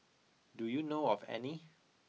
do you know of any